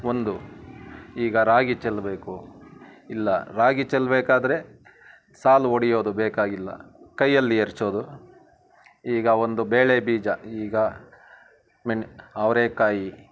ಒಂದು ಈಗ ರಾಗಿ ಚೆಲ್ಲಬೇಕು ಇಲ್ಲ ರಾಗಿ ಚೆಲ್ಲಬೇಕಾದ್ರೆ ಸಾಲು ಹೊಡಿಯೋದು ಬೇಕಾಗಿಲ್ಲ ಕೈಯಲ್ಲಿ ಎರಚೋದು ಈಗ ಒಂದು ಬೇಳೆ ಬೀಜ ಈಗ ಮೆಣ್ ಅವರೆಕಾಯಿ